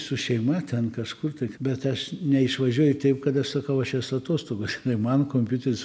su šeima ten kažkur tik bet aš neišvažiuoju taip kad aš sakau aš esu atostogos tai man kompiuteris